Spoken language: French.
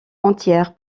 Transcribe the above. entière